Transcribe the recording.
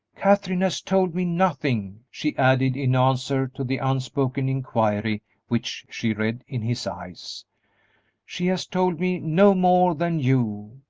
katherine has told me nothing, she added, in answer to the unspoken inquiry which she read in his eyes she has told me no more than you,